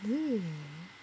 um